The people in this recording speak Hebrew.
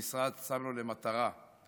המשרד שם לו למטרה את